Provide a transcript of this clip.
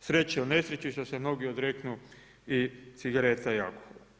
sreće u nesreći što se mnogi odreknu i cigareta i alkohola.